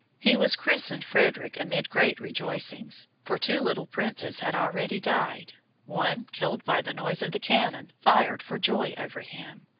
he was christened frederick amid great rejoicings, for two little princes had already died one killed by the noise of the cannon fired for joy over him,